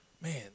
man